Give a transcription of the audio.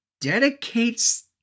dedicates